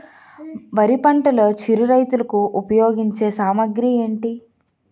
వరి పంటలో చిరు రైతులు ఉపయోగించే సామాగ్రి ఏంటి?